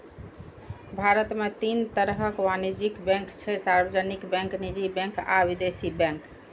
भारत मे तीन तरहक वाणिज्यिक बैंक छै, सार्वजनिक बैंक, निजी बैंक आ विदेशी बैंक